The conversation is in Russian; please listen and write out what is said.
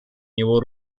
него